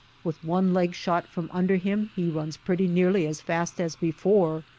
with one leg shot from under him he runs pretty nearly as fast as before.